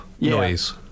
noise